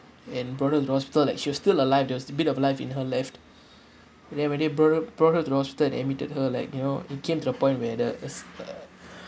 and brought her to the hospital like she was still alive there was a bit of life in her left and then when they brought her brought her to the hospital and admitted her like you know it came to the point where the